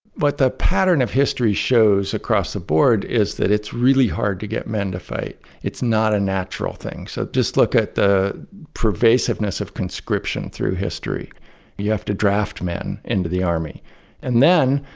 what the pattern of history shows across the board is that it's really hard to get men to fight it's not a natural thing. so, just look at the pervasiveness of conscription through history you have to draft men into the army and then,